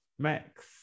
max